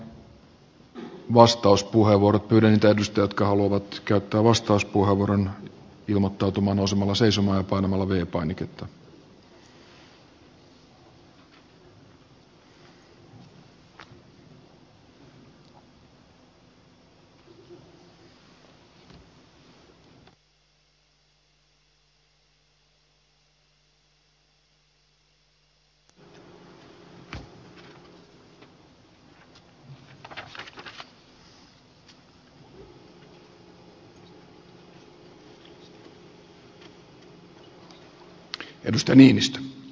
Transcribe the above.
pyydän niitä edustajia jotka haluavat käyttää vastauspuheenvuoron ilmoittautumaan nousemalla seisomaan ja painamalla v painiketta